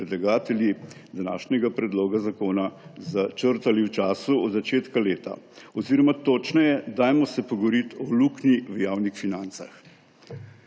predlagatelji današnjega predloga zakona začrtali v času od začetka leta, oziroma dajmo se pogovoriti o luknji v javnih financah.